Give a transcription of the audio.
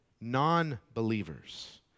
non-believers